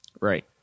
Right